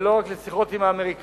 ולא רק לשיחות עם האמריקנים,